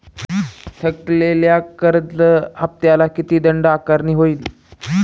थकलेल्या कर्ज हफ्त्याला किती दंड आकारणी होईल?